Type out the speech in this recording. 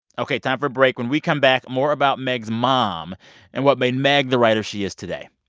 ok. time for a break. when we come back, more about meg's mom and what made meg the writer she is today.